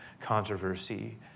controversy